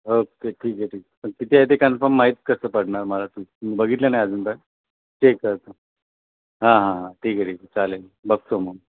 okay ठीक आहे ठीक पण किती आहे ते कन्फर्म माहीत कसं पडणार मला तुम बघितलं नाही अजून तर चेक करतो हां हां हां ठीक आहे ठीक आहे चालेल बघतो मग